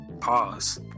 pause